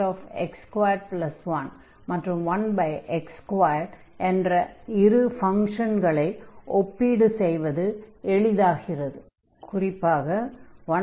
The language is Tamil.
அதனால் 1xx21 மற்றும் 1x2 என்ற இரு ஃபங்ஷன்களை ஒப்பீடு செய்வது எளிதாகிறது